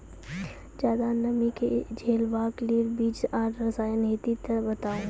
ज्यादा नमी के झेलवाक लेल बीज आर रसायन होति तऽ बताऊ?